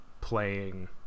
playing